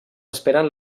esperen